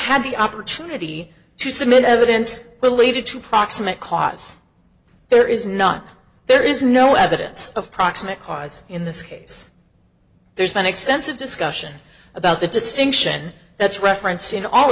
had the opportunity to submit evidence related to proximate cause there is not there is no evidence of proximate cause in this case there's been extensive discussion about the distinction that's referenced in all